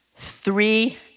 three